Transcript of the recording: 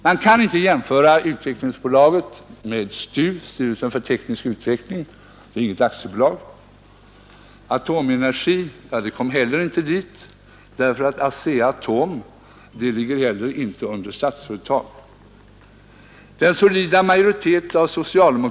Man kan inte jämföra Utvecklingsbolaget med styrelsen för teknisk utveckling — det är inget aktiebolag. Atomenergi kom heller inte dit därför att Asea-Atom inte ligger under Statsföretag.